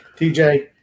TJ